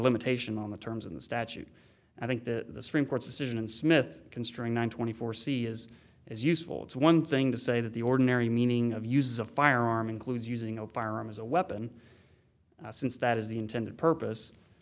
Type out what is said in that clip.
limitation on the terms in the statute and i think that the supreme court's decision and smith constrain one twenty four c is as useful it's one thing to say that the ordinary meaning of use a firearm includes using a firearm as a weapon since that is the intended purpose